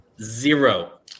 Zero